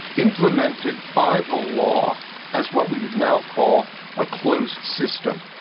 implemented by the law as what we would now call a closed system.